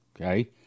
Okay